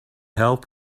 help